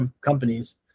companies